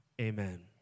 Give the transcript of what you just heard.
amen